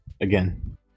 again